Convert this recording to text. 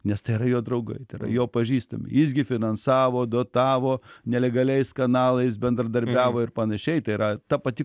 nes tai yra jo draugai tai yra jo pažįstami jis gi finansavo dotavo nelegaliais kanalais bendradarbiavo ir panašiai tai yra ta pati